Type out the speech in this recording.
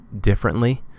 differently